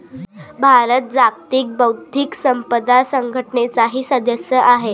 भारत जागतिक बौद्धिक संपदा संघटनेचाही सदस्य आहे